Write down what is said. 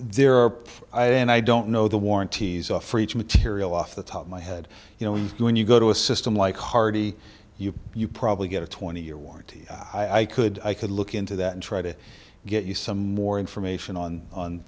there are i don't i don't know the warranties are for each material off the top of my head you know you do when you go to a system like hardy you probably get a twenty year warranty i could i could look into that and try to get you some more information on